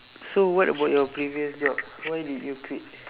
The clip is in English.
so what about your previous job why did you quit